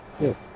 Yes